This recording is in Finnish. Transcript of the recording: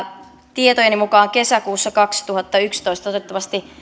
tietojeni mukaan kesäkuussa kaksituhattayksitoista toivottavasti